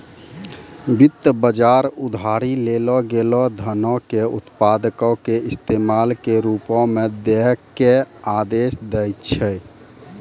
वित्त बजार उधारी लेलो गेलो धनो के उत्पादको के इस्तेमाल के रुपो मे दै के आदेश दै छै